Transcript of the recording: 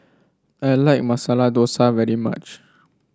I like Masala Dosa very much